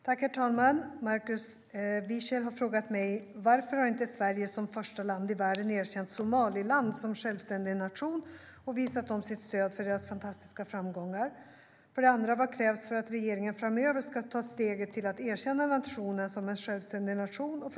Herr talman! Markus Wiechel har frågat mig: Vad krävs för att regeringen framöver ska ta steget att erkänna nationen som en självständig nation?